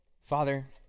Father